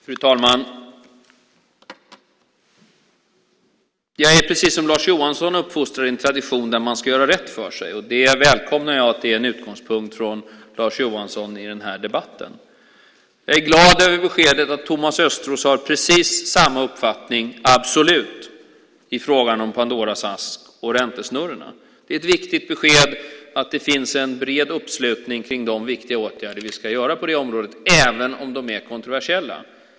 Fru talman! Jag är precis som Lars Johansson uppfostrad i en tradition att man ska göra rätt för sig. Jag välkomnar det som en utgångspunkt från Lars Johansson i den här debatten. Jag är glad över beskedet att Thomas Östros har precis samma uppfattning, absolut, i fråga om Pandoras ask och räntesnurrorna. Det är ett viktigt besked att det finns en bred uppslutning kring de viktiga åtgärder vi ska vidta på det området även om de är kontroversiella.